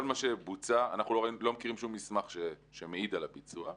אנחנו לא מכירים שום מסמך שמעיד על הביצוע.